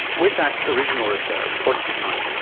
with that original research, what did you find?